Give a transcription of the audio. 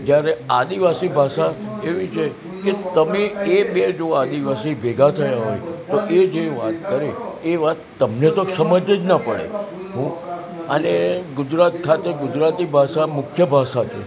જ્યારે આદિવાસી ભાષા એવી છે કે તમે એ બે જો આદિવાસી ભેગા થયા હોય તો એ જે વાત કરે એ વાત તમને તો સમજ જ ન પડે અને ગુજરાત ખાતે ગુજરાતી ભાષા મુખ્ય ભાષા છે